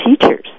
teachers